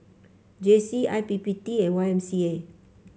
J C I P P T and Y M C A